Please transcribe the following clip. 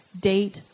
date